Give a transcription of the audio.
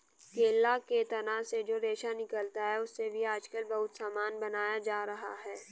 केला के तना से जो रेशा निकलता है, उससे भी आजकल बहुत सामान बनाया जा रहा है